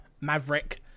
maverick